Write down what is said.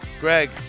Greg